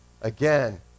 Again